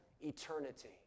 eternity